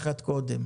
כן.